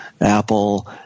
Apple